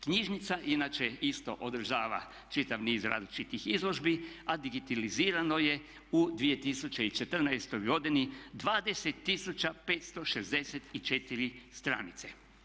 Knjižnica inače isto održava čitav niz različitih izložbi a digitalizirano je u 2014. godini 200 tisuća 560 stranice.